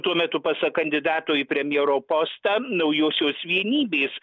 tuo metu pasak kandidato į premjero postą naujosios vienybės